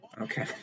Okay